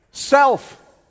Self